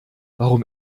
warum